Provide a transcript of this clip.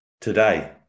today